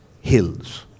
hills